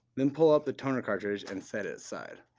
then pull up the toner cartridge and set it aside.